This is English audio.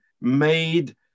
made